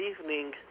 evening